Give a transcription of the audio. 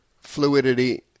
fluidity